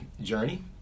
journey